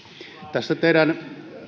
tässä teidän